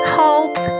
hope